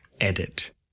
edit